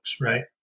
right